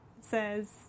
says